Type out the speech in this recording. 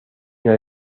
una